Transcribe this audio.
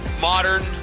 modern